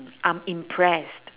I'm impressed